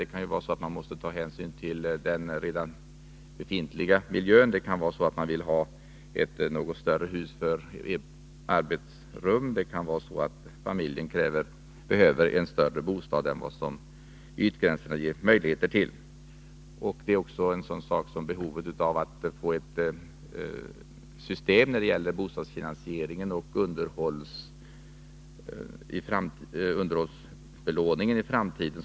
Man kanske t.ex. måste ta hänsyn till den redan befintliga miljön. Man kan vilja ha ett något större hus för att i det inrymma ett arbetsrum, och familjen kan behöva en större bostad än vad ytgränsen har gett möjligheter till. Ett tredje exempel är behovet att få ett system för bostadsfinansieringen och underhållsbelåningen i framtiden.